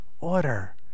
order